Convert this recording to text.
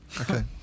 Okay